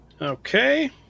okay